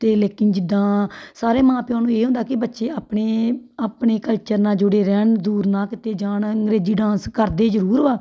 ਅਤੇ ਲੇਕਿਨ ਜਿੱਦਾਂ ਸਾਰੇ ਮਾਂ ਪਿਓ ਨੂੰ ਇਹ ਹੁੰਦਾ ਕਿ ਬੱਚੇ ਆਪਣੇ ਆਪਣੇ ਕਲਚਰ ਨਾਲ ਜੁੜੇ ਰਹਿਣ ਦੂਰ ਨਾ ਕਿਤੇ ਜਾਣ ਅੰਗਰੇਜ਼ੀ ਡਾਂਸ ਕਰਦੇ ਜ਼ਰੂਰ ਵਾ